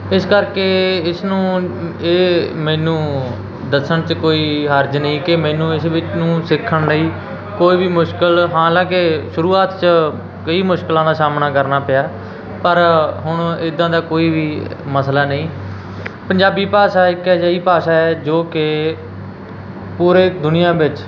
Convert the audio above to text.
ਇਸ ਕਰਕੇ ਇਸਨੂੰ ਇਹ ਮੈਨੂੰ ਦੱਸਣ 'ਚ ਕੋਈ ਹਰਜ਼ ਨਹੀਂ ਕਿ ਮੈਨੂੰ ਇਸ ਵਿੱਚ ਨੂੰ ਸਿੱਖਣ ਲਈ ਕੋਈ ਵੀ ਮੁਸ਼ਕਿਲ ਹਾਲਾਂਕਿ ਸ਼ੁਰੂਆਤ 'ਚ ਕਈ ਮੁਸ਼ਕਿਲਾਂ ਦਾ ਸਾਹਮਣਾ ਕਰਨਾ ਪਿਆ ਪਰ ਹੁਣ ਇੱਦਾਂ ਦਾ ਕੋਈ ਵੀ ਮਸਲਾ ਨਹੀਂ ਪੰਜਾਬੀ ਭਾਸ਼ਾ ਇੱਕ ਅਜਿਹੀ ਭਾਸ਼ਾ ਹੈ ਜੋ ਕਿ ਪੂਰੇ ਦੁਨੀਆ ਵਿੱਚ